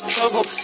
Trouble